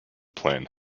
plan